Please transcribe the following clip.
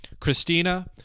Christina